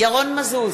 ירון מזוז,